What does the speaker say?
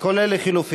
לא.